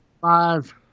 Five